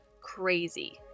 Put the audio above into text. crazy